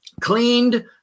cleaned